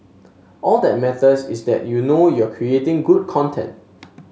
all that matters is that you know you're creating good content